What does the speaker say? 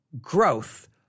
growth